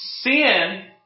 Sin